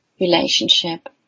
relationship